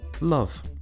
love